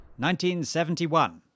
1971